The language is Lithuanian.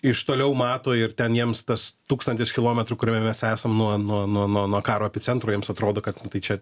iš toliau mato ir ten jiems tas tūkstantis kilometrų kuriame mes esam nuo nuo nuo nuo nuo karo epicentro jiems atrodo kad nu tai čia